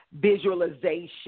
visualization